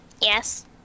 Yes